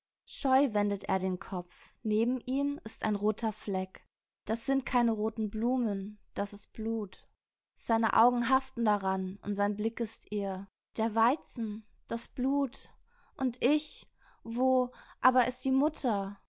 scheu wendet er den kopf neben ihm ist ein roter fleck das sind keine roten blumen das ist blut seine augen haften daran und sein blick ist irr der weizen das blut und ich wo aber ist die mutter